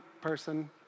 person